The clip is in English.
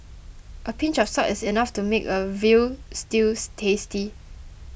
a pinch of salt is enough to make a Veal Stew tasty